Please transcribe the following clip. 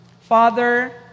father